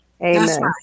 Amen